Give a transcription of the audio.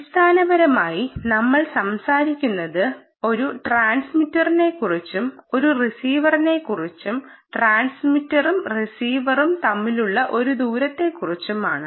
അടിസ്ഥാനപരമായി നമ്മൾ സംസാരിക്കുന്നത് ഒരു ട്രാൻസ്മിറ്ററിനെക്കുറിച്ചും ഒരു റിസീവറിനെക്കുറിച്ചും ട്രാൻസ്മിറ്ററും റിസീവറും തമ്മിലുള്ള ഈ ദൂരത്തെക്കുറിച്ചും ആണ്